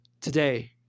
today